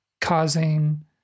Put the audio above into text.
causing